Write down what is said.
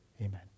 Amen